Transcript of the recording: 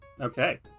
Okay